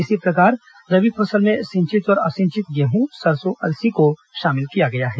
इसी प्रकार रबी फसल में सिंचित और असिंचित गेहूं सरसो अलसी को शामिल किया गया है